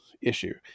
issue